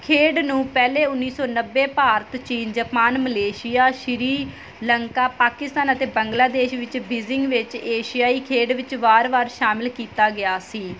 ਖੇਡ ਨੂੰ ਪਹਿਲਾਂ ਉੱਨੀ ਸੌ ਨੱਬੇ ਭਾਰਤ ਚੀਨ ਜਪਾਨ ਮਲੇਸ਼ੀਆ ਸ਼੍ਰੀ ਲੰਕਾ ਪਾਕਿਸਤਾਨ ਅਤੇ ਬੰਗਲਾਦੇਸ਼ ਵਿੱਚ ਬਿਜ਼ਿੰਗ ਵਿੱਚ ਏਸ਼ੀਆਈ ਖੇਡ ਵਿੱਚ ਵਾਰ ਵਾਰ ਸ਼ਾਮਿਲ ਕੀਤਾ ਗਿਆ ਸੀ